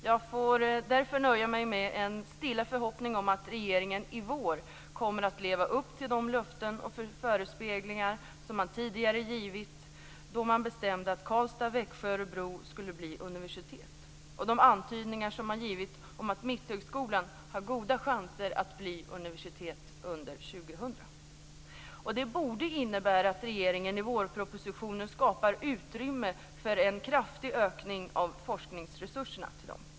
Jag får därför nöja mig med en stilla förhoppning om att regeringen i vår kommer att leva upp till de löften och förespeglingar som man tidigare givit då man bestämde att Karlstad, Växjö och Örebro skulle bli universitet och de antydningar som man givit om att Mitthögskolan har goda chanser att bli universitet under år 2000. Det borde innebära att regeringen i vårpropositionen skapar utrymme för en kraftig ökning av forskningsresurserna till dem.